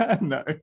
No